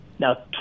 Now